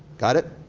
got it?